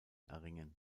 erringen